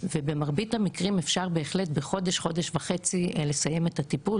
ובמרבית המקרים אפשר בהחלט בחודש-חודש וחצי לסיים את הטיפול.